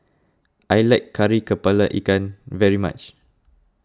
I like Kari Kepala Ikan very much